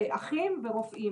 אחים ורופאים